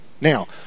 Now